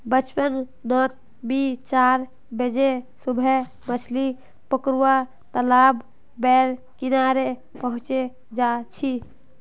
बचपन नोत मि चार बजे सुबह मछली पकरुवा तालाब बेर किनारे पहुचे जा छी